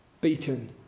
beaten